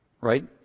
Right